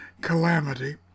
calamity